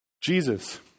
Jesus